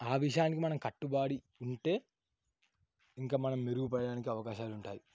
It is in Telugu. ఆ విషయాన్ని మనం కట్టుబడి ఉంటే ఇంకా మనం మెరుగుపడానికి అవకాశాలు ఉంటాయి